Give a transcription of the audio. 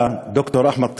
ד"ר אחמד טיבי,